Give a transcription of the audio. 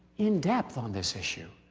in depth on this issue.